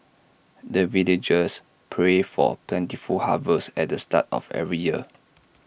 the villagers pray for plentiful harvest at the start of every year